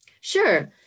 Sure